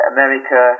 America